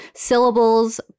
syllables